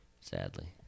Sadly